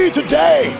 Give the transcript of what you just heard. today